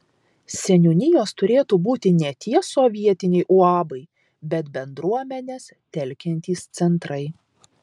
seniūnijos turėtų būti ne tie sovietiniai uabai bet bendruomenes telkiantys centrai